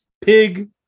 pig